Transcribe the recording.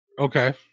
Okay